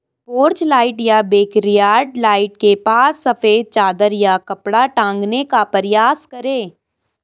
porch light या backyard light के पास सफेद चादर या कपड़ा टांगने का प्रयास करें